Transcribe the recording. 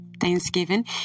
thanksgiving